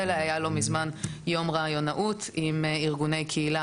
היה לא מזמן יום רעיונאות עם ארגוני הקהילה,